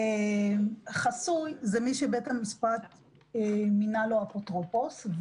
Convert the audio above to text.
חסוי זה מי שבית המשפט מינה לו אפוטרופוס.